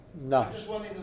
No